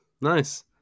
Nice